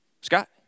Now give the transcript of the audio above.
Scott